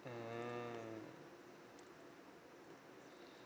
mm